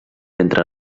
entre